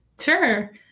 Sure